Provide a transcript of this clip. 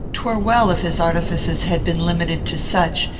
twere well if his artifices had been limited to such,